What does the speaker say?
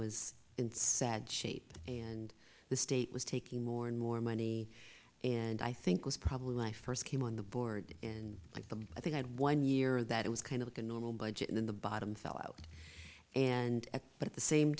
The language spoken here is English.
in sad shape and the state was taking more and more money and i think was probably when i first came on the board and like the i think one year that it was kind of like a normal budget in the bottom fell out and at but at the same